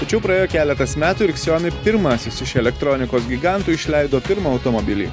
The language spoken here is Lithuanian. tačiau praėjo keletas metų ir xiaomi pirmasis iš elektronikos gigantų išleido pirmą automobilį